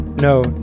no